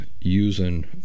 using